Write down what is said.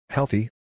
Healthy